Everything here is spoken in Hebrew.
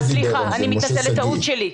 סליחה, טעות שלי.